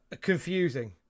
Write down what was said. Confusing